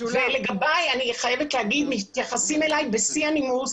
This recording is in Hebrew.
אני חייבת לומר שמתייחסים בשיא הנימוס.